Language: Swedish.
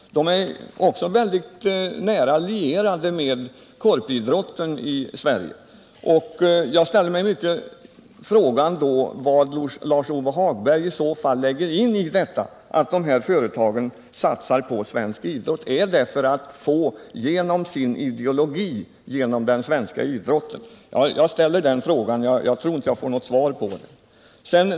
De är också nära lierade med Korpidrotten i Sverige. Vad lägger Lars-Ove Hagberg in i detta att dessa företag satsar på svensk idrott? Gör de det för att få fram sin ideologi genom idrotten? Jag ställer den frågan till Lars-Ove Hagberg, men jag tror inte att jag får något svar.